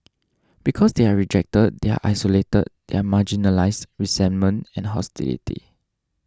because they are rejected they are isolated they are marginalised resentment and hostility